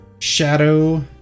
Shadow